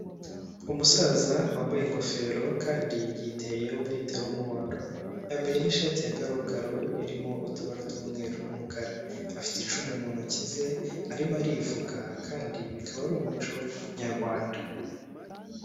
Umusaza wambaye ingofero kandi yiteye umwitero w'umuhondo, yambaye n'ishati ya karokaro irimo utubara tw'umweru n'umukara. Afite icumu mu ntoki ze arimo arivuga kandi bikaba ari umuco nyarwanda.